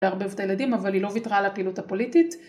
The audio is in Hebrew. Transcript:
‫לערבב את הילדים, ‫אבל היא לא ויתרה על הפעילות הפוליטית.